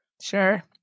Sure